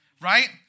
right